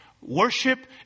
worship